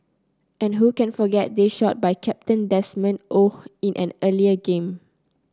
and who can forget this shot by captain Desmond Oh in an earlier game